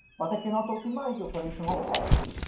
but i cannot optimize the operation of x.